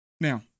Now